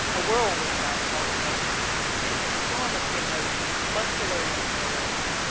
a whirlwind i have called it elsewhere. it is a storm of the emotions, muscular in its virility.